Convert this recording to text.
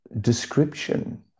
description